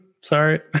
sorry